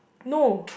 no